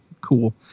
cool